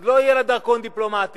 אז לא יהיה לה דרכון דיפלומטי.